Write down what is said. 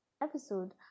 episode